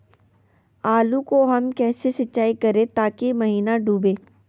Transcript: आलू को हम कैसे सिंचाई करे ताकी महिना डूबे?